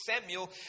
Samuel